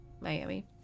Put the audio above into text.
miami